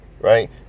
right